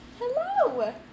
Hello